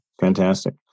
Fantastic